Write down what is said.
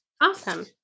Awesome